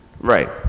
Right